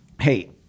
hey